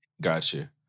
Gotcha